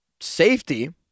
safety